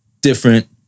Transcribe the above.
different